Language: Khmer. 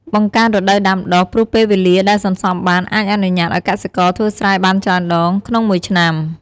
បង្កើនរដូវដាំដុះ ព្រោះពេលវេលាដែលសន្សំបានអាចអនុញ្ញាតឱ្យកសិករធ្វើស្រែបានច្រើនដងក្នុងមួយឆ្នាំ។